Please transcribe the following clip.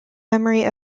memory